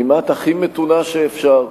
כמעט הכי מתונה שאפשר.